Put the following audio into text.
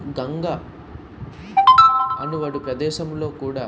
గంగ అనేటటువంటి ప్రదేశంలో కూడా